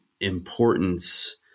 importance